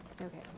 Okay